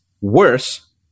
worse